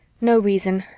no reason.